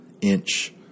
inch